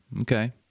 Okay